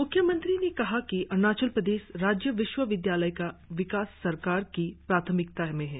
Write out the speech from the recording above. म्ख्यमंत्री ने कहा कि अरुणाचल प्रदेश राज्य विश्वविद्यालय का विकास सरकार की प्राथमिकता में है